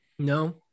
no